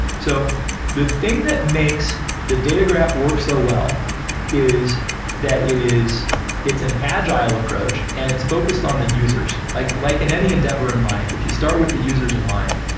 so the thing that makes the data graph work so well is that it's an agile approach and it's focused on the users. like like in any endeavor in life, if you start with the users in mind,